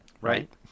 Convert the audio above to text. Right